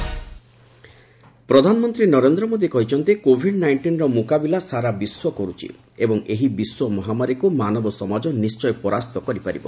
PM Modi ପ୍ରଧାନମନ୍ତ୍ର ନରେନ୍ଦ୍ର ମୋଦୀ କହିଛନ୍ତି Covid ନାଇଷ୍ଟିନର ମୁକାବିଲା ସାରା ବିଶ୍ୱ କରୁଛି ଏବଂ ଏହି ବିଶ୍ୱ ମହାମାରୀକୁ ମାନବ ସମାଜ ନିଶ୍ଚୟ ପରାସ୍ତ କରିପାରିବ